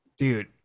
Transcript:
Dude